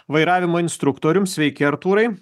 vairavimo instruktorium sveiki artūrai